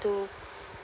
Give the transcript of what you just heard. to